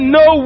no